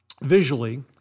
visually